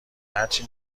هرچی